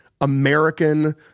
American